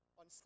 on